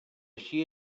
així